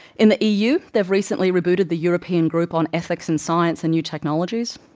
in the eu, they have recently rebooted the european group on ethics in science and new technologies,